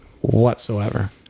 whatsoever